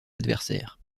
adversaires